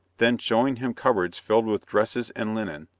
then, showing him cupboards filled with dresses and linen,